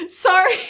Sorry